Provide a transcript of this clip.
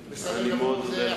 השר, אעביר לך את זה.